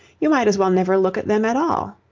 you might as well never look at them at all.